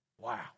Wow